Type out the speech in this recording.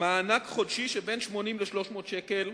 מענק חודשי שבין 80 ל-300 שקלים,